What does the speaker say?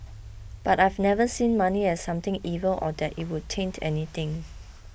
but I've never seen money as something evil or that it would taint anything